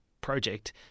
project